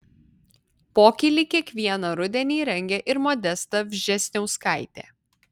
pokylį kiekvieną rudenį rengia ir modesta vžesniauskaitė